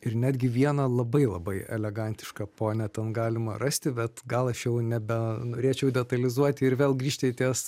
ir netgi vieną labai labai elegantišką ponią ten galima rasti bet gal aš jau nebenorėčiau detalizuoti ir vėl grįžti ties